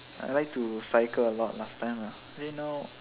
I like to cycle a lot last time ah eh now